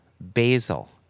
basil